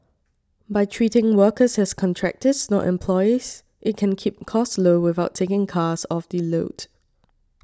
by treating workers as contractors not employees it can keep costs low without taking cars off the road